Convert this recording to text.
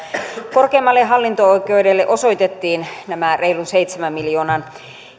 korkeimmalle hallinto oikeudelle osoitettiin nämä reilun seitsemän miljoonan